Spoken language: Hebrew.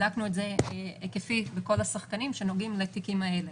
בדקנו את זה היקפי בכל השחקנים שנוגעים לתיקים האלה.